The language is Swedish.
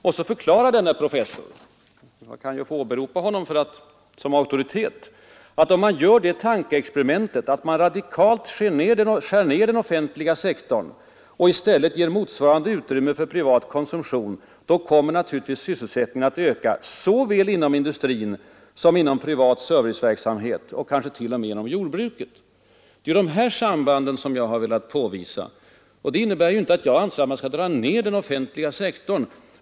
Och så förklarar denne professor — jag kan ju få åberopa honom som auktoritet — att om man gör det tankeexperimentet, att man radikalt skär ner den offentliga sektorn och i stället ger motsvarande utrymme för privat konsumtion, kommer naturligtvis sysselsättningen att öka såväl inom industrin som inom privat serviceverksamhet och kanske t.o.m. inom jordbruket. Det är de här sambanden som jag har velat peka på. Det innebär inte att jag anser att man skall dra ner den offentliga sektorn.